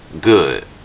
good